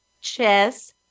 chess